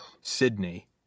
Sydney